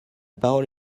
parole